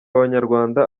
abanyarwanda